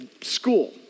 school